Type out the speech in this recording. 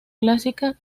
clásica